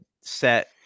set